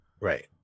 Right